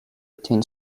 obtain